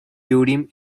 urim